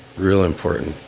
really important,